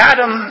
Adam